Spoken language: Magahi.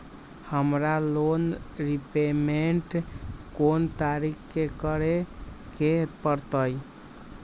हमरा लोन रीपेमेंट कोन तारीख के करे के परतई?